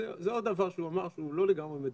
זה עוד דבר שהוא אמר שהוא לא לגמרי מדויק.